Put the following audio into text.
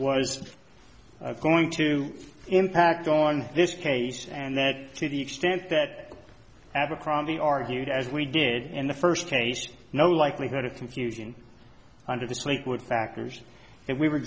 was going to impact on this case and that to the extent that abercrombie argued as we did in the first case no likelihood of confusing under this lake would factors that we were